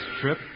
trip